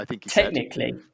Technically